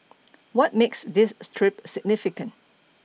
what makes this trip significant